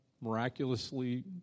miraculously